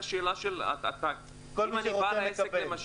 כל מי שרוצה מקבל.